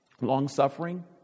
long-suffering